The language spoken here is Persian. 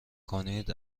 کنید